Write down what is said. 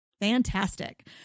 Fantastic